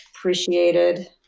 appreciated